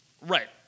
right